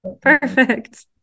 Perfect